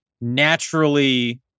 naturally